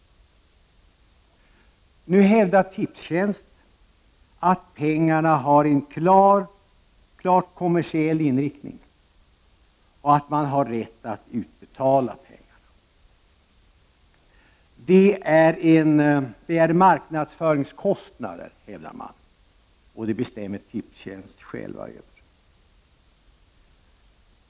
Nu hävdar Tipstjänst att pengarna har en klart kommersiell inriktning och att man har rätt att utbetala pengarna. Det är marknadsföringskostnader, hävdar man, och sådana bestämmer Tipstjänst över.